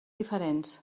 diferents